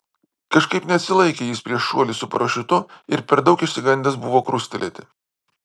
kažkaip neatsilaikė jis prieš šuolį su parašiutu ir per daug išsigandęs buvo krustelėti